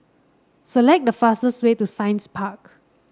select the fastest way to Science Park